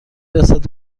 رسد